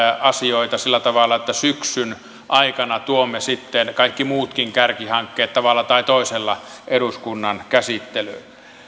asioita sillä tavalla että syksyn aikana tuomme sitten kaikki muutkin kärkihankkeet tavalla tai toisella eduskunnan käsittelyyn